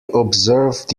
observed